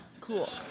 Cool